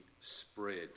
spread